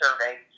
survey